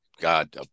God